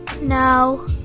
No